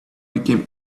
became